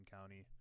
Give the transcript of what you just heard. County